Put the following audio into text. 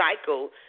cycle